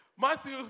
Matthew